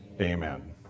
amen